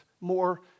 more